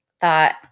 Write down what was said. thought